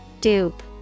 Dupe